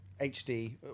HD